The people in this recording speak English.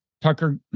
Tucker